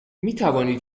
میتوانید